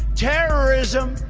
terrorism,